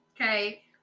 Okay